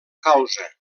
causa